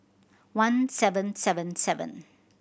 one seven seven seven